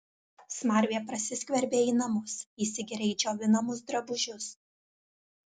smarvė prasiskverbia į namus įsigeria į džiovinamus drabužius